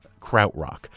Krautrock